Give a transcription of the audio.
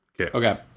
Okay